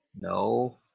No